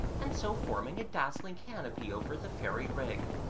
and so forming a dazzling canopy over the fairy ring.